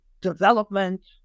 development